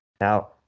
Now